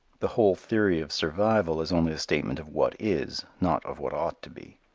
the whole theory of survival is only a statement of what is, not of what ought to be.